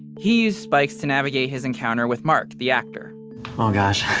he used spikes to navigate his encounter with marc, the actor oh gosh.